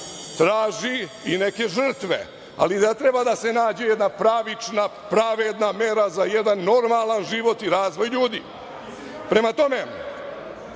traži i neke žrtve, ali da treba da se nađe jedna pravična, pravedna mera za jedan normalan život i razvoj ljudi.(Poslanici